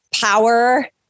power